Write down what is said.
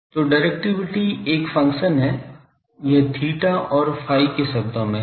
तो डायरेक्टिविटी एक फंक्शन है यह theta और phi के शब्दों में है